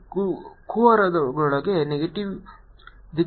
ಈ ಕುಹರದೊಳಗೆ ನೆಗೆಟಿವ್ ದಿಕ್ಕು